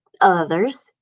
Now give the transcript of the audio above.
Others